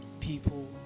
people